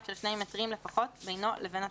של שני מטרים לפחות בינו לבין התלמידים".